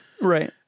Right